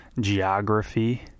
geography